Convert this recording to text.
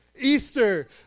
Easter